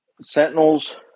Sentinels